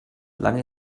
lange